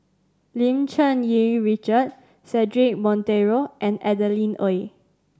Lim Cherng Yih Richard Cedric Monteiro and Adeline Ooi